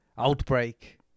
Outbreak